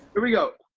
here we go.